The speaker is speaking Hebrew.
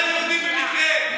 אתה יהודי במקרה.